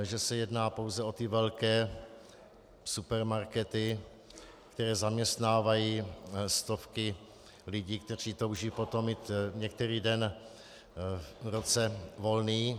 Že se jedná pouze o ty velké supermarkety, které zaměstnávají stovky lidí, kteří touží po tom mít některý den v roce volný.